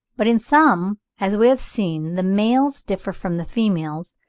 but in some, as we have seen, the males differ from the females,